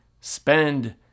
spend